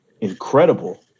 incredible